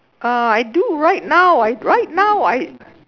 uh I do right now right now I